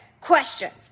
questions